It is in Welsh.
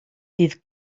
bydd